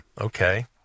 okay